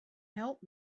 help